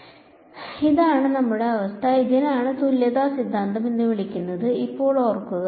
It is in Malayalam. അതിനാൽ ഇതാണ് നമ്മുടെ അവസ്ഥ ഇതിനെയാണ് തുല്യതാ സിദ്ധാന്തം എന്ന് വിളിക്കുന്നതെന്ന് ഇപ്പോൾ ഓർക്കുക